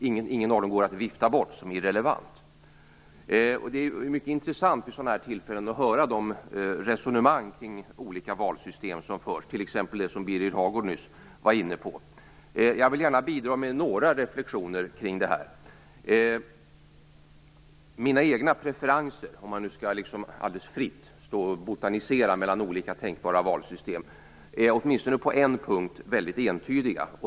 Det går inte att vifta bort någon av dem som irrelevant. Det är mycket intressant att vid dessa tillfällen höra de resonemang kring olika valsystem som förs, t.ex. de som Birger Hagård nyss var inne på. Jag vill gärna bidra med några reflexioner. Låt mig fritt botanisera mellan olika tänkbara valsystem. Mina preferenser är åtminstone på en punkt entydiga.